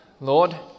Lord